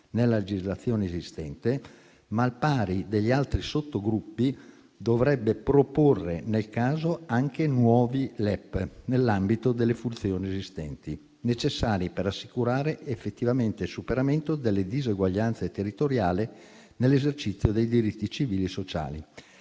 nella legislazione esistente, ma, al pari degli altri sottogruppi, dovrebbe proporre, nel caso, anche nuovi LEP nell'ambito delle funzioni esistenti, necessari per assicurare effettivamente il superamento delle disuguaglianze territoriali nell'esercizio dei diritti civili e sociali.